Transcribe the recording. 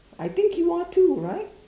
I think you are too right